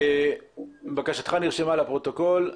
בקשתך נרשמה בפרוטוקול.